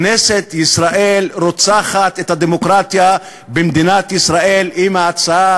כנסת ישראל רוצחת את הדמוקרטיה במדינת ישראל אם ההצעה,